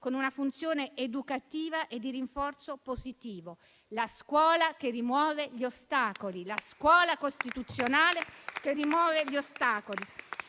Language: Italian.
con una funzione educativa e di rinforzo positivo: la scuola che rimuove gli ostacoli, la scuola costituzionale che rimuove gli ostacoli.